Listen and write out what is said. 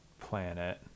planet